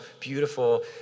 beautiful